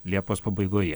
liepos pabaigoje